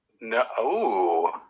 No